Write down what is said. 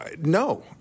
No